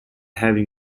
having